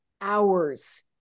hours